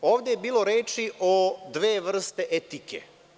Ovde je bilo reči o dve vrste etike.